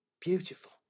beautiful